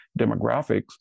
demographics